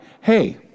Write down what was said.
hey